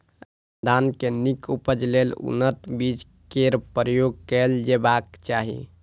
रामदाना के नीक उपज लेल उन्नत बीज केर प्रयोग कैल जेबाक चाही